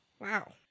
Wow